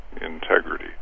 integrity